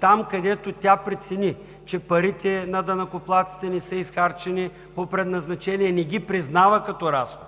Там, където тя прецени, че парите на данъкоплатците не са изхарчени по предназначение, не ги признава като разход.